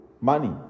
money